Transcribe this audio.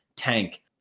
tank